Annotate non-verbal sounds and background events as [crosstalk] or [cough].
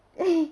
[noise]